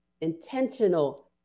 intentional